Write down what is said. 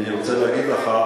אני רוצה להגיד לך,